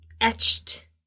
etched